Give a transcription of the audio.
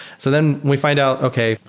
so then we find out, okay.